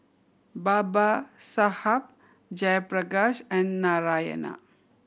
Babasaheb Jayaprakash and Narayana